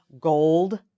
gold